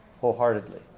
wholeheartedly